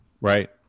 right